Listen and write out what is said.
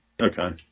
Okay